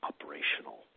operational